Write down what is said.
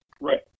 Right